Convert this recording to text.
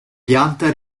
pianta